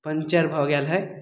puncture भऽ गेल हइ